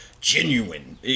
genuine